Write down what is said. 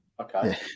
Okay